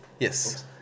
Yes